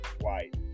White